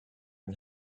can